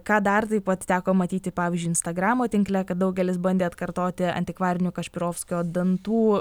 ką dar taip pat teko matyti pavyzdžiui instagramo tinkle kad daugelis bandė atkartoti antikvarinių kašpirovskio dantų